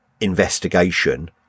investigation